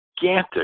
gigantic